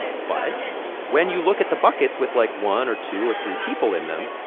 but when you look at the buckets with, like, one or two or three people in them,